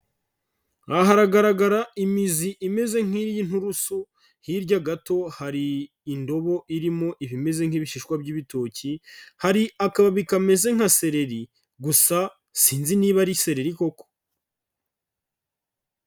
Aha haragaragara imizi imeze nk'iy'inturusu, hirya gato hari indobo irimo ibimeze nk'ibishishwa by'ibitoki, hari akababi kameze nka seleri gusa sinzi niba ari seleri koko.